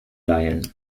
leihen